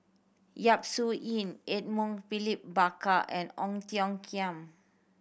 Yap Su Yin Edmund William Barker and Ong Tiong Khiam